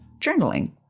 journaling